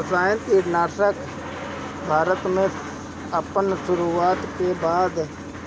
रासायनिक कीटनाशक भारत में अपन शुरुआत के बाद